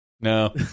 no